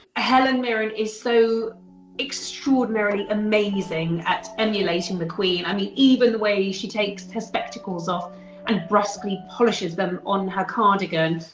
helen mirren is so extraordinarily amazing at emulating the queen. i mean, even the way she takes her spectacles off and briskly polishes them on her cardigan.